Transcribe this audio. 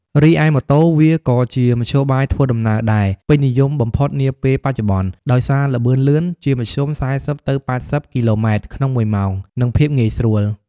រីឯម៉ូតូ វាក៏ជាមធ្យោបាយធ្វើដំណើរដែល ពេញនិយមបំផុតនាពេលបច្ចុប្បន្ន ដោយសារល្បឿនលឿន ជាមធ្យម ៤០ ទៅ ៨០ គីឡូម៉ែត្រក្នុងមួយម៉ោងនិងភាពងាយស្រួល ។